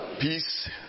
peace